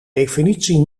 definitie